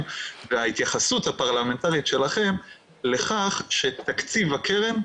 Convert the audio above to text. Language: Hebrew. וההתייחסות הפרלמנטרית שלכם לכך שתקציב הקרן,